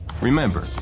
Remember